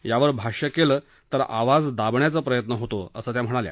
यावर भाष्य केलं तर आवाज दाबण्याचा प्रयत्न होतो असं त्या म्हणाल्या